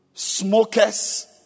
smokers